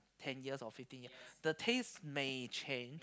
ten years or fifteen year the taste may change